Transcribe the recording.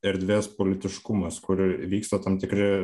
erdvės politiškumas kur vyksta tam tikri